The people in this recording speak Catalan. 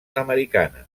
americana